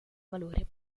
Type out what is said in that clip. valore